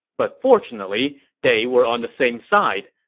but fortunately, they were on the same side.